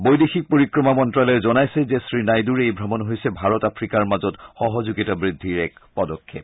বৈদেশিক পৰিক্ৰমা মন্তালয়ে জনাইছে যে শ্ৰী নাইডুৰ এই ভ্ৰমণ হৈছে ভাৰত আফ্ৰিকাৰ মাজত সহযোগিতা বৃদ্ধিৰ এক পদক্ষেপ